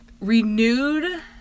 renewed